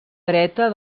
dreta